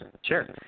Sure